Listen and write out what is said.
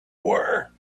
were